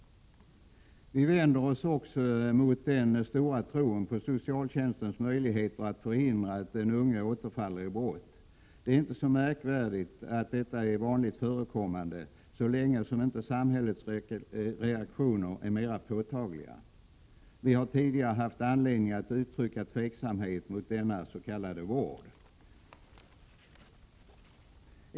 Vi vänder oss också mot den stora tro man har på socialtjänstens möjligheter att förhindra att den unge återfaller i brott. Det är inte märkligt att sådant beteende är vanligt förekommande så länge samhällets reaktioner är mer påtagliga. Vi har tidigare haft anledning att uttrycka tvivel beträffande denna s.k. vård.